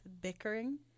bickering